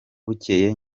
bukeye